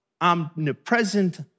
omnipresent